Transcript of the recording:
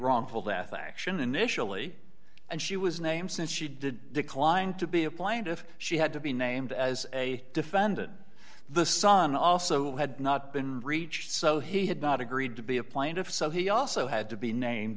wrongful death action initially and she was named since she did declined to be a plaintiff she had to be named as a defendant the son also had not been breached so he had not agreed to be a plaintiff so he also had to be named